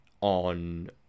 on